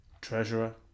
Treasurer